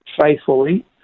faithfully